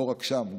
לא רק שם,